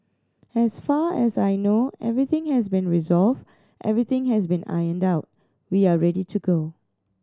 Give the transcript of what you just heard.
as far as I know everything has been resolved everything has been ironed out we are ready to go